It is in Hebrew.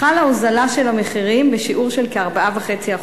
חלה הוזלה של המחירים בשיעור של כ-4.5%,